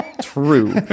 True